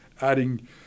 adding